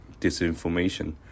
disinformation